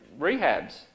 rehabs